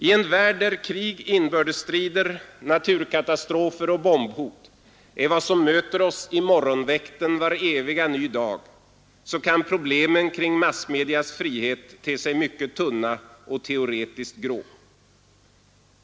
I en värld där krig, inbördes strider, naturkatastrofer och bombhot är vad som möter oss i morgonväkten var eviga ny dag kan problemen kring massmedias frihet te sig mycket tunna och teoretiskt grå.